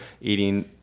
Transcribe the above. eating